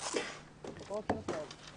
מה הפרויקטים ומה..